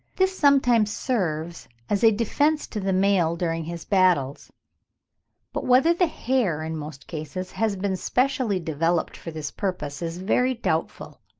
this sometimes serves as a defence to the male during his battles but whether the hair in most cases has been specially developed for this purpose, is very doubtful.